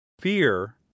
fear